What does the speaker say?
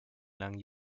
langen